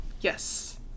yes